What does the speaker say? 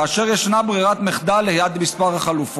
כאשר ישנה ברירת מחדל ליד כמה חלופות